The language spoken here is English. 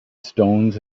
stones